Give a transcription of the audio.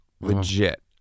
legit